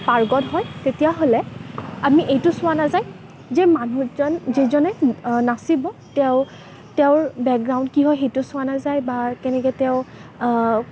পাৰ্গত হয় তেতিয়াহ'লে আমি এইটো চোৱা নাযায় যে মানুহজন যিজনে নাচিব তেওঁৰ তেওঁৰ বেকগ্ৰাওণ্ড কি হয় সেইটো চোৱা নাযায় বা কেনেকৈ তেওঁ